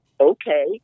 okay